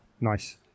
Nice